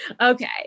Okay